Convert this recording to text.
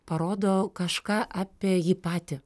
parodo kažką apie jį patį